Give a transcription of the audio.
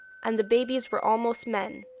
and the babies were almost men.